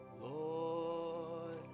Lord